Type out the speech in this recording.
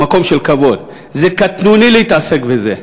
במקום של כבוד: זה קטנוני להתעסק בזה.